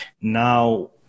now